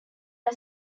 are